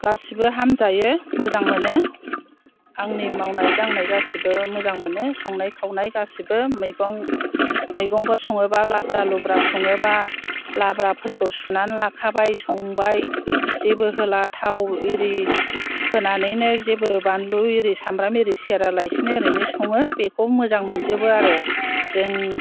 गासैबो हामजायो मोजां मोनो आंनि मावनाय दांनाय गासैबो मोजां मोनो संनाय खावनाय गासैबो मैगंफोर सङोबा लाब्रा लुब्रा सङोबा लाब्राफोरखौ सुनानै लाखाबाय संबाय जेबो होला थाव आरि होनानैनो जेबो बानलु आरि सामब्राम आरि सेरालासिनो ओरैनो सङो बेखौ मोजां मोनजोबो आरो जों